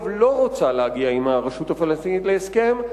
לא רוצה להגיע עם הרשות הפלסטינית להסכם,